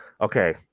Okay